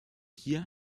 hier